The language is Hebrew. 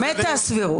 מתה הסבירות.